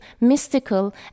mystical